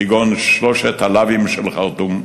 כגון שלושת הלאווים של חרטום,